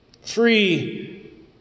free